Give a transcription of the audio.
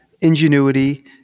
ingenuity